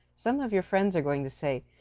some of your friends are going to say,